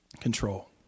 control